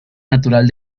natural